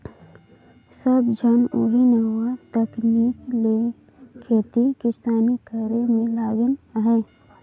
सब झन ओही नावा तकनीक ले खेती किसानी करे में लगिन अहें